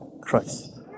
Christ